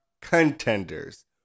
contenders